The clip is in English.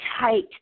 tight